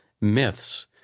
myths